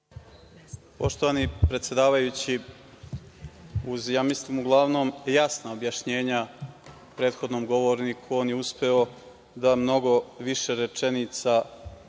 Poštovani predsedavajući, uz uglavnom jasna objašnjenja prethodnom govorniku, on je uspeo da mnogo više rečenica upotrebi